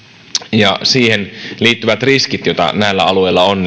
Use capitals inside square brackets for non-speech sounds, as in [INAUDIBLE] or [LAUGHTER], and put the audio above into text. ja siihen liittyviin riskeihin joita näillä alueilla on [UNINTELLIGIBLE]